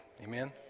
Amen